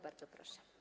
Bardzo proszę.